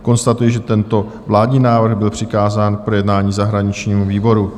Konstatuji, že tento vládní návrh byl přikázán k projednání zahraničnímu výboru.